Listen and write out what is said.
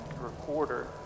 recorder